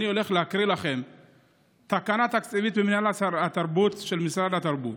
אני הולך להקריא לכם תקנה תקציבית במינהל התרבות של משרד התרבות.